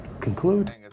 conclude